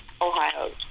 Ohio